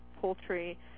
poultry